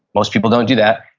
most people don't do that.